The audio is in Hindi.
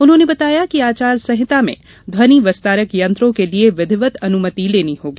उन्होंने बताया कि आचार संहिता में ध्वनि विस्तारक यंत्रों के लिए विधिवत अनुमति लेनी होगी